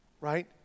right